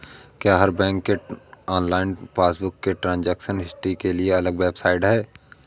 क्या हर बैंक के ऑनलाइन पासबुक में ट्रांजेक्शन हिस्ट्री के लिए अलग वेबसाइट है?